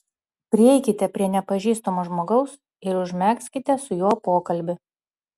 prieikite prie nepažįstamo žmogaus ir užmegzkite su juo pokalbį